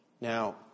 Now